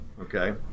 okay